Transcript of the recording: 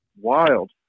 wild